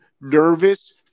nervous